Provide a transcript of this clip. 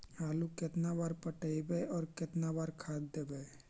आलू केतना बार पटइबै और केतना बार खाद देबै?